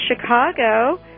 Chicago